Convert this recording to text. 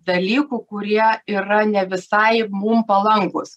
dalykų kurie yra ne visai mums palankūs